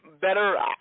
better